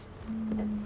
mm